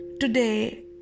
today